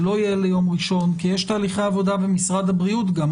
זה לא יהיה ליום ראשון כי יש תהליכי עבודה במשרד הבריאות גם,